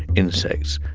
insects,